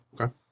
okay